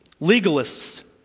legalists